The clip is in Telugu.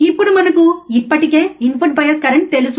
ఇప్పుడు మనకు ఇప్పటికే ఇన్పుట్ బయాస్ కరెంట్ తెలుసు